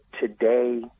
today